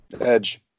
Edge